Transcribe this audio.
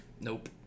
Nope